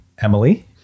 Emily